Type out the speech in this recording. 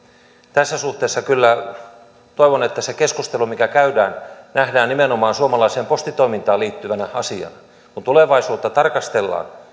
tässä suhteessa kyllä toivon että se keskustelu mikä käydään nähdään nimenomaan suomalaiseen postitoimintaan liittyvänä asiana kun tulevaisuutta tarkastellaan